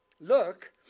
Look